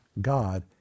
God